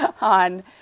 on